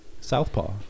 Southpaw